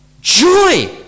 joy